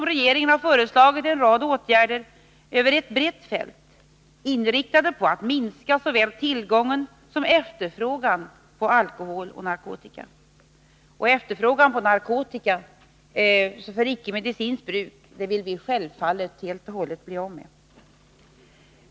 Regeringen har därför föreslagit en rad åtgärder över ett brett fält, inriktade på att minska såväl tillgången som efterfrågan på alkohol och narkotika. Efterfrågan på narkotika för icke-medicinskt bruk vill vi självfallet helt och hållet bli av med.